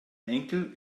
enkel